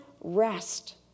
rest